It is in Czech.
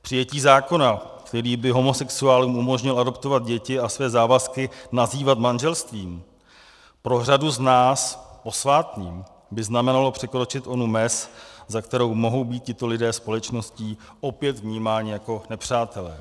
Přijetí zákona, který by homosexuálům umožňoval adoptovat děti a své závazky nazývat manželstvím, pro řadu z nás posvátným, by znamenalo překročit onu mez, za kterou mohou být tito lidé společností opět vnímáni jako nepřátelé.